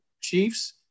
Chiefs